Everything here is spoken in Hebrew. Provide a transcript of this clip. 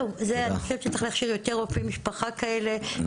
צריך להכשיר יותר רופאי משפחה כאלה ויותר רופאים אישיים.